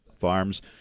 farms